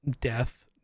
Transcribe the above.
death